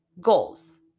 goals